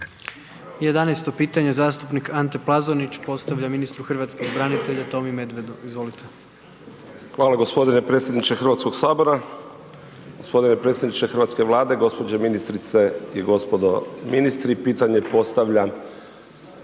11 pitanje zastupnik Ante Plazonić postavlja ministru hrvatskih branitelja Tomi Medvedu. Izvolite. **Plazonić, Ante (HDZ)** Hvala gospodine predsjedniče Hrvatskog sabora. Gospodine predsjedniče hrvatske Vlade, gospođe ministrice i gospodo ministri. Pitanje postavljam